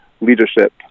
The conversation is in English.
leadership